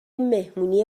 مهمونی